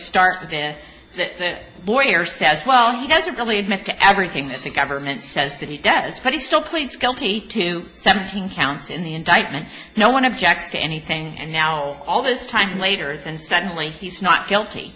start with this that lawyer says well he doesn't only admit to everything that the government says that he does but he still pleads guilty to seventeen counts in the indictment no one objects to anything and now all this time later and suddenly he's not guilty